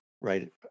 right